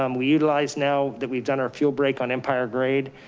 um we utilize now that we've done our fuel break on empire grade,